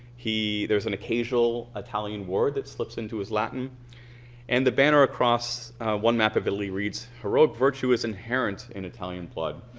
he, there's an occasional italian word that slips into his latin and the banner across one map of italy reads virtuous inherent in italian blood.